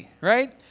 right